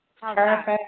Perfect